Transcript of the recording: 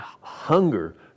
hunger